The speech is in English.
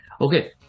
Okay